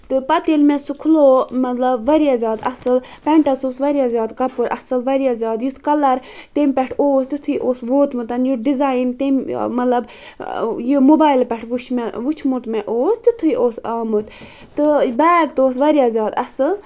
تہٕ پَتہٕ ییٚلہِ مےٚ سُہ کھلو مطلب واریاہ زیادٕ اَصٕل پینٹس اوس واریاہ زیادٕ کَپُر اَصٕل واریاہ زیادٕ یِتُھ کَلر تَمہِ پٮ۪ٹھ اوس تِتھُے اوس ووٚتمُتن یُتھ ڈِزَیِن تٔمۍ مطلب یہِ موبیلہٕ پٮ۪ٹھ وُچھ مےٚ وُچھمُت مےٚ اوس تِتھُے اوس آمُت تہٕ بیگ تہِ اوس واریاہ زیادٕ اَصٕل